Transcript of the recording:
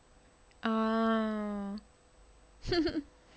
oh